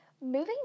Moving